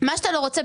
ומה שאתה רוצה.